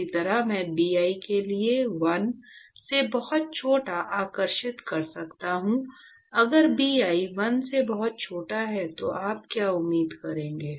इसी तरह मैं Bi के लिए 1 से बहुत छोटा आकर्षित कर सकता हूं अगर Bi 1 से बहुत छोटा है तो आप क्या उम्मीद करेंगे